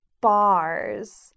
bars